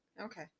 Okay